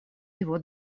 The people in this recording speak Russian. его